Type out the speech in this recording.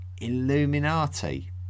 Illuminati